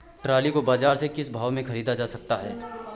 Trolley को बाजार से किस भाव में ख़रीदा जा सकता है?